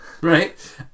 Right